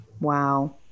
Wow